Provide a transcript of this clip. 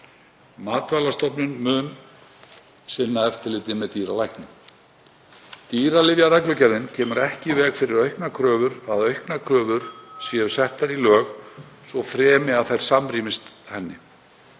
Matvælastofnun mun sinna eftirliti með dýralæknum. Dýralyfjareglugerðin kemur ekki í veg fyrir að auknar kröfur séu settar í lög, svo fremi að þær samrýmist henni.